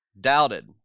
doubted